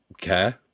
care